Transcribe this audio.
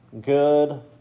good